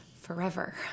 forever